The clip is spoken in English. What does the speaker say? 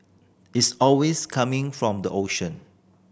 it's always coming from the ocean